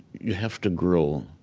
yeah have to grow.